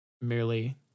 merely